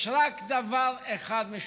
יש רק דבר אחד משותף,